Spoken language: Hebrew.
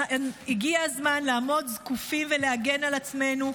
הגיע הזמן לעמוד זקופים ולהגן על עצמנו,